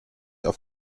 auf